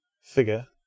figure